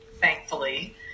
thankfully